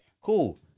Cool